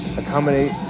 accommodate